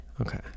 Okay